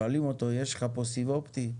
שואלים אותו האם יש לו בו סיב אופטי.